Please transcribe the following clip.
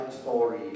story